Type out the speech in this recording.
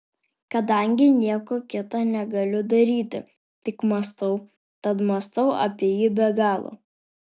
kadangi nieko kita negaliu daryti tik mąstau tad mąstau apie jį be galo